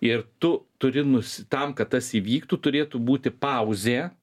ir tu turi nusi tam kad tas įvyktų turėtų būti pauzė